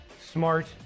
smart